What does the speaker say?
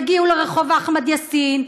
יגיעו לרחוב אחמד יאסין,